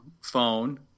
phone